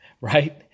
right